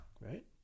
Right